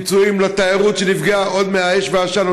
פיצויים לתיירות שנפגעה עוד מהאש והעשן,